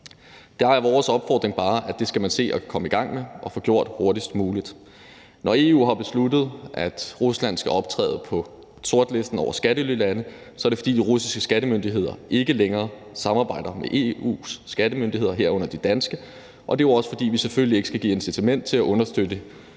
Der er vores opfordring bare, at det skal man se at komme i gang med at få gjort hurtigst muligt. Når EU har besluttet, at Rusland skal optræde på sortlisten over skattelylande, er det, fordi de russiske skattemyndigheder ikke længere samarbejder med EU's skattemyndigheder, herunder de danske, og det er jo også, fordi vi selvfølgelig ikke skal give incitament til at understøtte